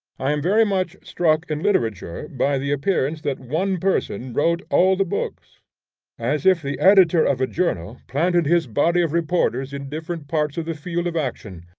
i am very much struck in literature by the appearance that one person wrote all the books as if the editor of a journal planted his body of reporters in different parts of the field of action,